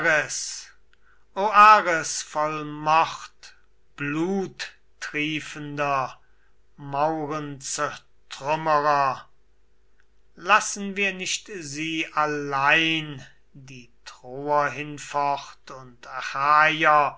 mord bluttriefender maurenzertrümmrer lassen wir nicht sie allein die troer hinfort und